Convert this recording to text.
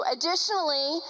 Additionally